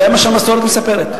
זה מה שהמסורת מספרת.